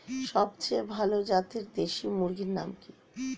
সবচেয়ে ভালো জাতের দেশি মুরগির নাম কি?